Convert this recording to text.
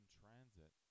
transit